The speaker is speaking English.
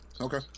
okay